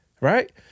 Right